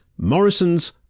Morrison's